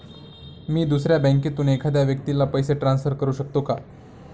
मी दुसऱ्या बँकेतून एखाद्या व्यक्ती ला पैसे ट्रान्सफर करु शकतो का?